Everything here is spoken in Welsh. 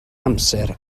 amser